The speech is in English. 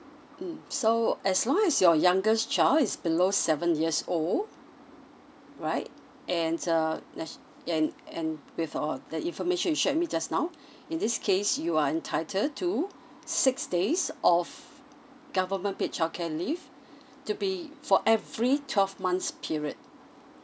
mm so as long as your youngest child is below seven years old right and uh na~ and and with all the information you shared with me just now in this case you are entitled to six days of government paid childcare leave to be for every twelve months period